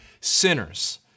sinners